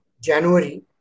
January